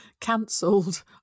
cancelled